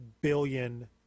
billion